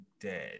Dead